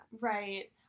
Right